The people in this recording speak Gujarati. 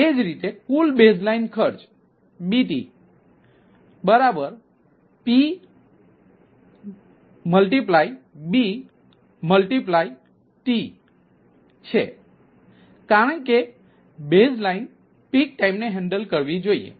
એ જ રીતે કુલ બેઝલાઇન ખર્ચ BTPBT છે કારણ કે બેઝલાઇન પીક ટાઇમને હેન્ડલ કરવી જોઈએ